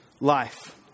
life